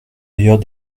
ailleurs